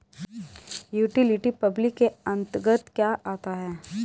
Utility public के अंतर्गत क्या आता है?